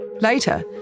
Later